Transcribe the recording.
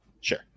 Sure